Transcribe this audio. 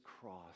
cross